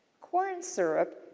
corn syrup